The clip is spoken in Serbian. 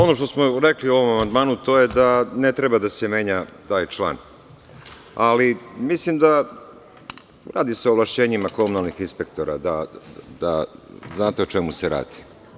Ono što smo rekli o ovom amandmanu to je da ne treba da se menja taj član, ali mislim, radi se o ovlašćenjima komunalnih inspektora, znate o čemu se radi.